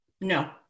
No